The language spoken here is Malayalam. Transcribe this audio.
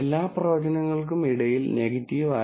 എല്ലാ പ്രവചനങ്ങൾക്കും ഇടയിൽ നെഗറ്റീവ് ആയി